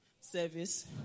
Service